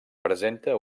presenta